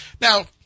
Now